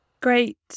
Great